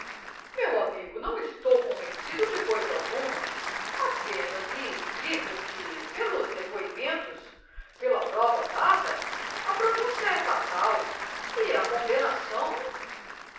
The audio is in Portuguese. meu amigo não estou convencido de coisa alguma apenas lhe explico que pelos depoimentos pela prova dada a pronuncia é fatal e a condemnação